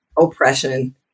oppression